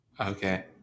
okay